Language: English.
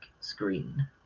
screen